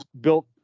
built